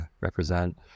represent